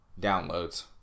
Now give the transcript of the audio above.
downloads